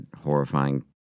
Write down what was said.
horrifying